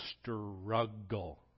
struggle